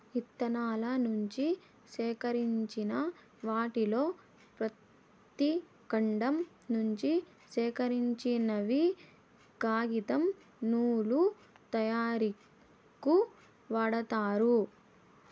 ఇత్తనాల నుంచి సేకరించిన వాటిలో పత్తి, కాండం నుంచి సేకరించినవి కాగితం, నూలు తయారీకు వాడతారు